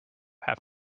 have